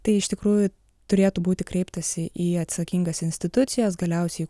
tai iš tikrųjų turėtų būti kreiptasi į atsakingas institucijas galiausiai